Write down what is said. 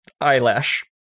eyelash